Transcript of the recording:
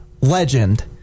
legend